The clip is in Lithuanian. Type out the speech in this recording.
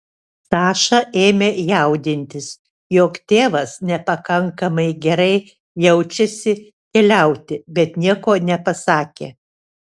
saša ėmė jaudintis jog tėvas nepakankamai gerai jaučiasi keliauti bet nieko nepasakė